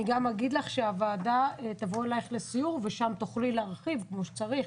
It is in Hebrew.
גם אגיד לך שהוועדה תבוא אלייך לסיור ושם תוכלי להרחיב כמו שצריך,